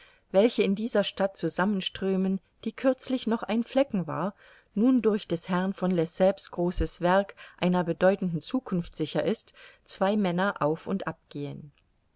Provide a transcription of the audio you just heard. welche in dieser stadt zusammenströmen die kürzlich noch ein flecken war nun durch des herrn von lesseps großes werk einer bedeutenden zukunft sicher ist zwei männer auf und abgehen